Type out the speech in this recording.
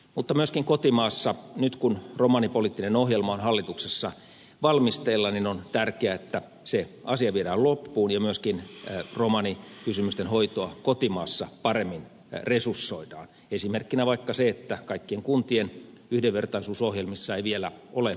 mutta myöskin kotimaassa nyt kun romanipoliittinen ohjelma on hallituksessa valmisteilla on tärkeää että se asia viedään loppuun ja myöskin romanikysymysten hoitoon kotimaassa paremmin resursoidaan esimerkkinä vaikka se että kaikkien kuntien yhdenvertaisuusohjelmissa ei vielä ole romanikysymyksiin puututtu